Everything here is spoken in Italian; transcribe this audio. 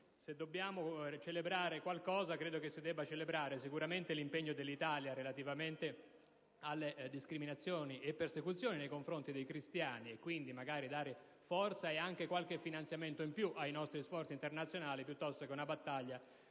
se dobbiamo celebrare qualcosa, credo si debba celebrare l'impegno dell'Italia relativamente alle discriminazioni e alle persecuzioni nei confronti dei cristiani e quindi dare forza e magari qualche finanziamento in più ai nostri sforzi internazionali, piuttosto che una battaglia